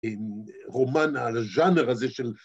‫רומן, הז'אנר הזה של...